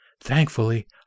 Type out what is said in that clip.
Thankfully